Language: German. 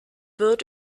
wird